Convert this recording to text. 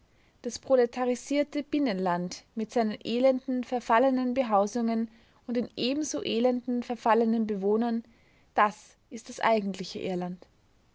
das proletarisierte binnenland mit seinen elenden verfallenen behausungen und den ebenso elenden verfallenen bewohnern das ist das eigentliche irland